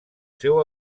seu